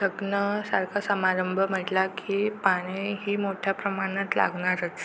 लग्नासारखं समारंभ म्हटला की पाणी हे मोठ्या प्रमाणात लागणारच